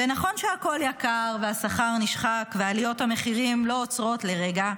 ונכון שהכול יקר והשכר נשחק ועליות המחירים לא עוצרות לרגע